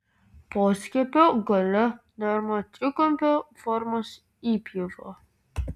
poskiepio gale daroma trikampio formos įpjova